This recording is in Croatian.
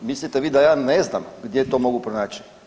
Mislite vi da ja ne znam gdje to mogu pronaći?